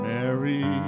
Mary